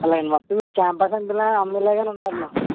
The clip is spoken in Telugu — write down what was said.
అలా మొత్తానికి క్యాంపస్ అంటూనే అమ్మేలాగానే ఉన్నారు నాకు